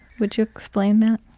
would you explain that?